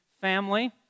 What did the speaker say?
family